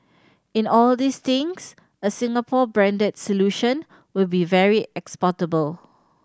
in all these things a Singapore branded solution will be very exportable